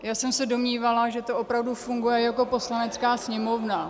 Já jsem se domnívala, že to opravdu funguje jako Poslanecká sněmovna.